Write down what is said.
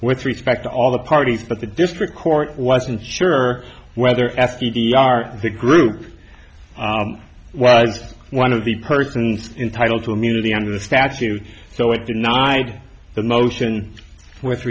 with respect to all the parties but the district court wasn't sure whether f d r the group was one of the persons entitle to immunity under the statute so it denied the motion with